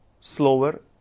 slower